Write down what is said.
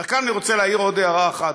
כאן אני רוצה להעיר עוד הערה אחת,